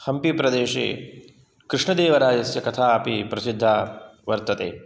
हम्पिप्रदेशे कृष्णदेवरायस्य कथा अपि प्रसिद्धा वर्तते